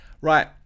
Right